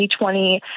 2020